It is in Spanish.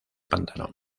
pantano